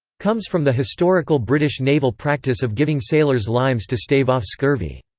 comes from the historical british naval practice of giving sailors limes to stave off scurvy.